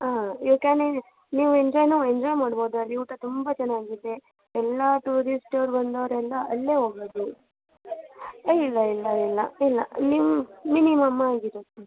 ಹಾಂ you can ನೀವು ಎಂಜಾಯನ್ನೂ ಎಂಜಾಯ್ ಮಾಡ್ಬೌದು ಅಲ್ಲಿ ಊಟ ತುಂಬ ಚೆನ್ನಾಗಿದೆ ಎಲ್ಲ ಟೂರಿಸ್ಟವರು ಬಂದವರೆಲ್ಲಾ ಅಲ್ಲೇ ಹೋಗೋದು ಹೇ ಇಲ್ಲ ಇಲ್ಲ ಇಲ್ಲ ಇಲ್ಲ ನಿಮ್ಮ ಮಿನಿಮಮ್ ಆಗಿರುತ್ತೆ